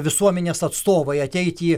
visuomenės atstovai ateit į